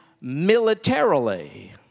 militarily